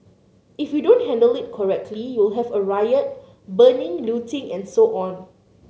if you don't handle it correctly you'll have a riot burning looting and so on